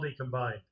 combined